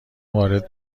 وارد